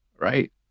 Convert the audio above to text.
right